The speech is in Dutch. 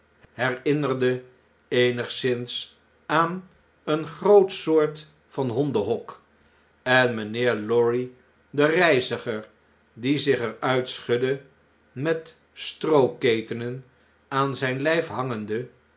eenigszins aan een groot soort van hondenhok en mynheer lorry de reiziger die zich er uit schudde met strooketenen aan zyn lyf hangende